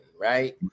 right